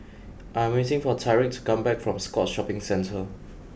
I am waiting for Tyrique to come back from Scotts Shopping Centre